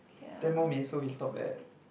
ten more minutes so we stop at